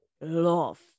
love